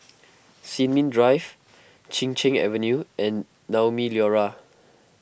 Sin Ming Drive Chin Cheng Avenue and Naumi Liora